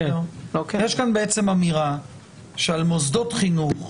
יש כאן אמירה שעל מוסדות חינוך,